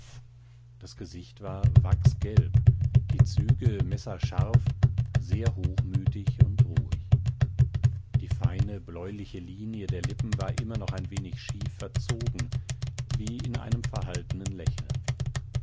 das gesicht war wachsgelb die züge messerscharf sehr hochmütig und ruhig die feine bläuliche linie der lippen war immer noch ein wenig schief verzogen wie in einem verhaltenen lächeln